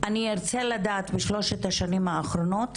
אני ארצה לדעת בשלושת השנים האחרונות